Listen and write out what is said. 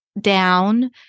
down